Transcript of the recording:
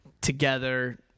together